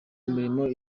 mirimo